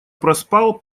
проспал